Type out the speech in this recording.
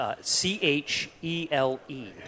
C-H-E-L-E